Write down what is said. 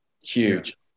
Huge